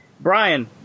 Brian